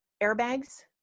airbags